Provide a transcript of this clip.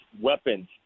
weapons